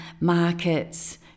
Markets